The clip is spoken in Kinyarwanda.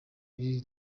iri